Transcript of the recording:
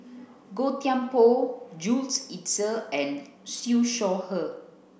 Gan Thiam Poh Jules Itier and Siew Shaw Her